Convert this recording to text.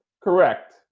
Correct